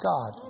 God